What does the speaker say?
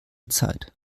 zeit